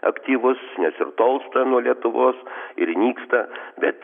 aktyvus nes ir tolsta nuo lietuvos ir nyksta bet